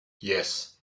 yes